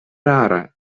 rara